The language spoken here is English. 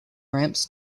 ramps